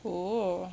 oh